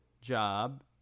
job